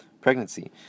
Pregnancy